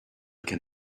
can